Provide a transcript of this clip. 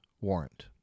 warrant